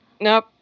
Nope